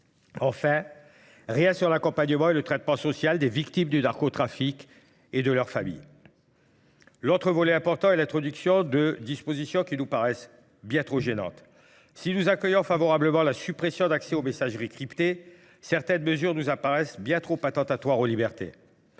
Enfin, rien sur l'accompagnement et le traitement social des victimes du darko trafic et de leurs familles. L'autre volet important est l'introduction de dispositions qui nous paraissent bien trop gênantes. Si nous accueillons favorablement la suppression d'accès aux messageries cryptées, certaines mesures nous apparaissent bien trop attentatoires aux libertés.